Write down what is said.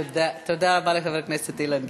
תודה רבה לחבר הכנסת אילן גילאון.